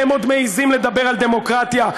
אתם עוד מעזים לדבר על דמוקרטיה?